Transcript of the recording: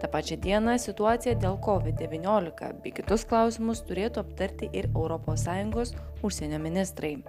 tą pačią dieną situaciją dėl kovid devyniolika bei kitus klausimus turėtų aptarti ir europos sąjungos užsienio ministrai